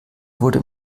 wurde